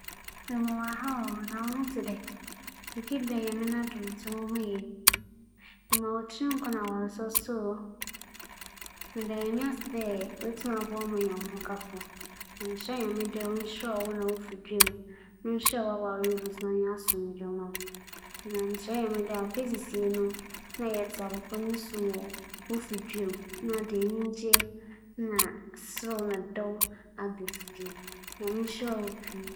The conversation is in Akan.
Nokwar, wodze wͻ mu a wo nsa bɛka. Sanda ne da a ͻtͻ do du na munhu dɛ ereba abɛyɛ w'ayefor hyia, m'enyiwa gyee papa osiandɛ minyim ma afa mu wͻ dɛm asɛm yi ho. Yɛse yɛda Nyame ase. Ma meka nye dɛ mema wo tsir nkwa dodoodo dɛ Nyame ayɛ wo adom ma wo so wo nsa aka wo dze. Mebɛtaa w'ekyir wͻ biribiara mu. Sɛ biribi na obehia wo a, efrɛ me a, menye wo bedzi nkͻmbͻ. Nyame nka wo.